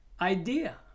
idea